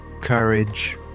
courage